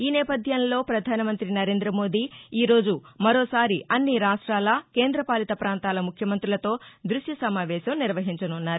ఈ నేపథ్యంలో పధానమంతి నరేంద మోదీ ఈరోజు మరోసారి అన్ని రాష్ట్రాల కేంద్రపాలిత ప్రాంతాల ముఖ్యమంతులతో దృశ్య సమావేశం నిర్వహించనున్నారు